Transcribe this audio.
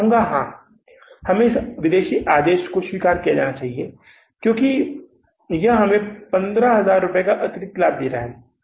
मैं कहूँगा हां हमें इस विदेशी आदेश को स्वीकार करना चाहिए क्योंकि यह हमें 15000 रुपये का अतिरिक्त लाभ दे रहा है